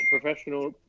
professional